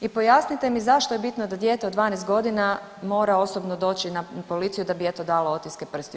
I pojasnite mi zašto je bitno da dijete od 12 godina mora osobno doći na policiju da bi eto dalo otiske prstiju?